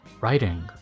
writing